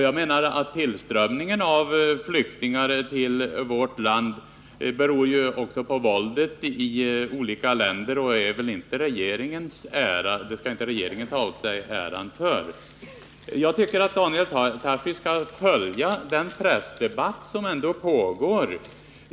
Jag menar att tillströmningen av flyktingar till vårt land beror på våldet i olika länder och inte på något som regeringen skall ta åt sig äran av. Jag tycker att Daniel Tarschys skall följa den pressdebatt som pågår.